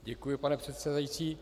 Děkuji, pane předsedající.